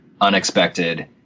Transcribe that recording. unexpected